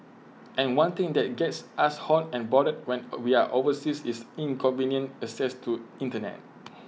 and one thing that gets us hot and bothered when A we're overseas is inconvenient access to Internet